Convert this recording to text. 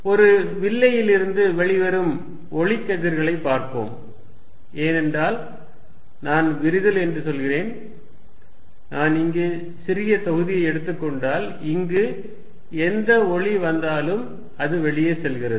ஒரு வில்லையிலிருந்து வெளிவரும் ஒளி கதிர்களைப் பார்ப்போம் ஏனென்றால் நான் விரிதல் என்று சொல்கிறேன் நான் இங்கே சிறிய தொகுதியை எடுத்துக் கொண்டால் இங்கு எந்த ஒளி வந்தாலும் அது வெளியே செல்கிறது